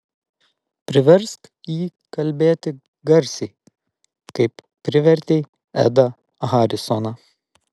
priversk jį kalbėti garsiai kaip privertei edą harisoną